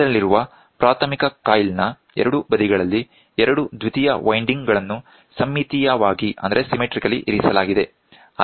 ಮಧ್ಯದಲ್ಲಿರುವ ಪ್ರಾಥಮಿಕ ಕಾಯಿಲ್ ನ ಎರಡೂ ಬದಿಗಳಲ್ಲಿ ಎರಡು ದ್ವಿತೀಯ ವೈಂಡಿಂಗ್ ಗಳನ್ನು ಸಮ್ಮಿತೀಯವಾಗಿ ಇರಿಸಲಾಗಿದೆ